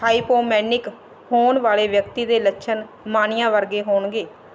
hypomanic ਹੋਣ ਵਾਲੇ ਵਿਅਕਤੀ ਦੇ ਲੱਛਣ ਮਾਨੀਆ ਵਰਗੇ ਹੋਣਗੇ